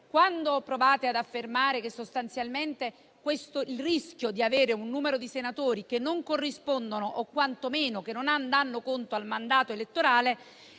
modo, provate ad affermare che, sostanzialmente, il rischio di avere un numero di senatori nominati che non corrispondono o quantomeno che non danno conto al mandato elettorale,